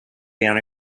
down